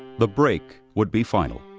the break would be final.